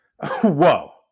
Whoa